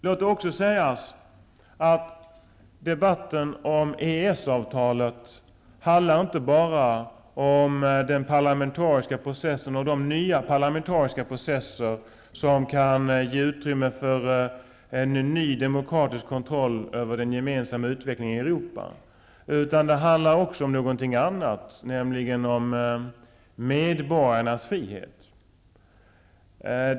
Låt det också sägas att debatten om EES-avtalet inte bara handlar om den parlamentariska processen och om de nya parlamentariska processer som kan ge utrymme för en ny demokratisk kontroll över den gemensamma utvecklingen i Europa, utan också om någonting annat, nämligen om medborgarnas frihet.